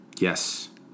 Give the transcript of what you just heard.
Yes